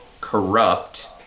corrupt